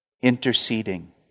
interceding